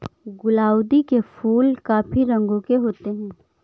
गुलाउदी के फूल काफी रंगों के होते हैं